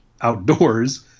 outdoors